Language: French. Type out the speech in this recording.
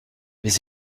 les